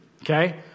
Okay